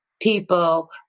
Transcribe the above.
people